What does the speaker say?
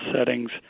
settings